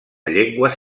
llengües